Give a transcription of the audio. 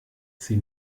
sie